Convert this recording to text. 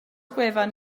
gwefan